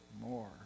more